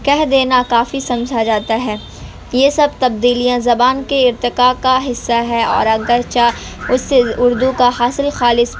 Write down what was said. کہہ دینا کافی سمجھا جاتا ہے یہ سب تبدیلیاں زبان کے ارتقا کا حصہ ہے اور اگرچہ اس سے اردو کا حاصل خالص